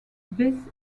this